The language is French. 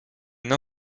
une